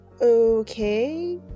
Okay